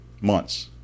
months